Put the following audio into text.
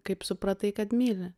kaip supratai kad myli